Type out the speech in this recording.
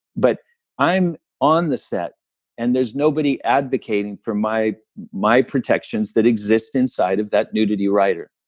but i'm on the set and there's nobody advocating for my my protections that exist inside of that nudity rider,